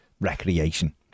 recreation